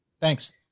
Thanks